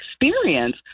experience